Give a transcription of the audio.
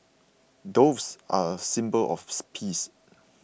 doves are a symbol of peace